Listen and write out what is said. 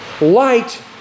Light